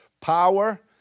power